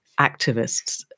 activists